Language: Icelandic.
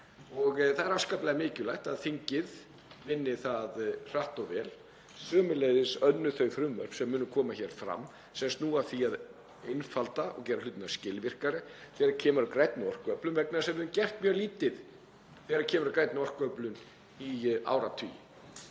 um. Það er afskaplega mikilvægt að þingið vinni þau hratt og vel, sömuleiðis önnur þau frumvörp sem munu koma hér fram sem snúa að því að einfalda og gera hluti skilvirkari þegar kemur að grænni orkuöflun, vegna þess að við höfum gert mjög lítið þegar kemur að grænni orkuöflun í áratugi